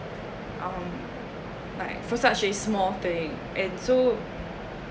um like for such a small thing and so